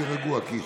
תהיה רגוע, קיש.